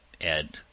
Add